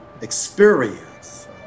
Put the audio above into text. experience